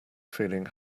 feeling